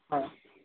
ହଁ